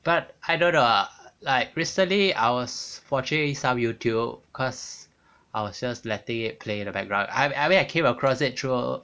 but I don't know ah like recently I was watching some youtube cause I was just letting it play in the background I mean I came across it through